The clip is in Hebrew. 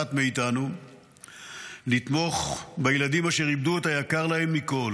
ואחת מאיתנו לתמוך בילדים אשר איבדו את היקר להם מכול.